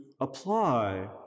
apply